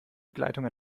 begleitung